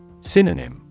Synonym